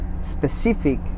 specific